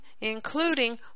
including